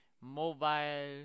mobile